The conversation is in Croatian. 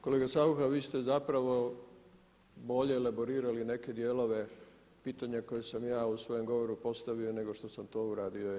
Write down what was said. Kolega Saucha vi ste zapravo bolje elaborirali neke dijelove pitanja koje sam ja u svojem govoru postavio nego što sam to uradio ja sam.